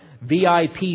VIP